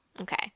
Okay